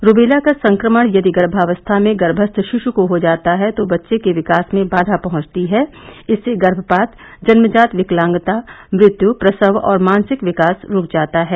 rubella का संक्रमण यदि गर्भावस्था में गर्मस्थ शियु को हो जाता है तो बच्चे के विकास में बाधा पहुंचती है इससे गर्मपात जन्मजात विकलांगता मृत्यु प्रसव और मानसिक विकास रूक जाता है